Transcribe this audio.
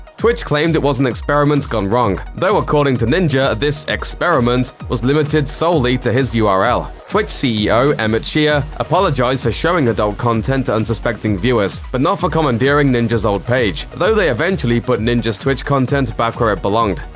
twitch claimed it was an experiment gone wrong, though according to ninja, this experiment was limited solely to his ah url. twitch ceo emmett shear apologized for showing adult content to unsuspecting viewers, but not for commandeering ninja's old page, though they eventually put ninja's twitch content back where it belonged.